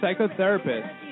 psychotherapist